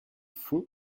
fond